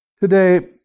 Today